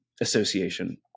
association